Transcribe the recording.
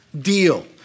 deal